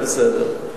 זה בסדר.